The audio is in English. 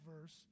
verse